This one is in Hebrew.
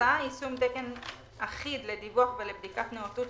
(יישום תקן אחיד לדיווח ולבדיקת נאותות